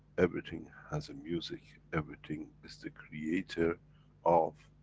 everything has a music, everything is the creator of.